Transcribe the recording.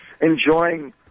enjoying